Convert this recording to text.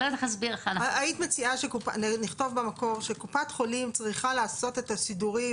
היית מציעה שנכתוב במקור שקופת חולים צריכה לעשות את הסידורים,